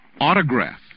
autograph